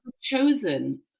chosen